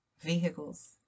Vehicles